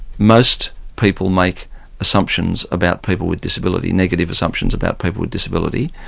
most people make assumptions about people with disability, negative assumptions about people with disability,